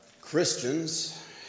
Christians